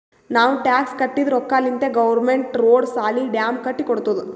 ನಾವ್ ಟ್ಯಾಕ್ಸ್ ಕಟ್ಟಿದ್ ರೊಕ್ಕಾಲಿಂತೆ ಗೌರ್ಮೆಂಟ್ ರೋಡ್, ಸಾಲಿ, ಡ್ಯಾಮ್ ಕಟ್ಟಿ ಕೊಡ್ತುದ್